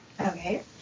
Okay